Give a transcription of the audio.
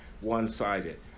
one-sided